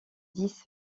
dix